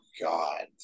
God